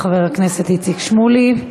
תודה רבה, חבר הכנסת איציק שמולי.